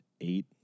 eight